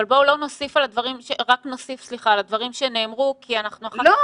אבל בואו רק נוסיף על הדברים שנאמרו כי אנחנו אחר כך נפספס --- לא,